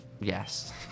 yes